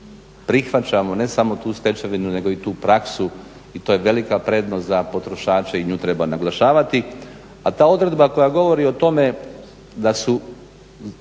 prihvaćamo ne samo tu stečevinu nego i tu praksu. I to je velika prednost za potrošače i nju treba naglašavati. A ta odredba koja govori o tome da su